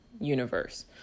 universe